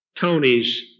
Tony's